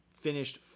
finished